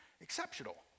exceptional